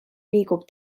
liigub